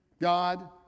God